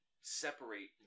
separate